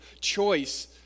choice